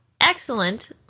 excellent